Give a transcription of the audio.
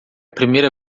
primeira